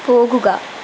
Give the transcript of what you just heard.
പോകുക